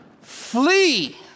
Flee